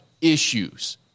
issues